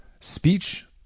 speech